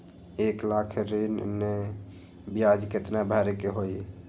एक लाख ऋन के ब्याज केतना भरे के होई?